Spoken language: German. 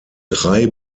drei